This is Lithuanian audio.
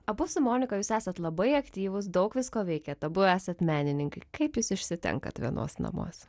abu su monika jūs esat labai aktyvūs daug visko veikiat abu esat menininkai kaip jūs išsitenkat vienuos namuos